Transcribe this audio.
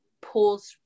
pulls